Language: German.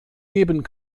geben